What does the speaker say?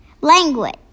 Language